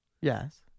Yes